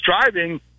driving